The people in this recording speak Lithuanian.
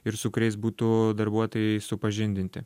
ir su kuriais būtų darbuotojai supažindinti